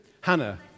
Hannah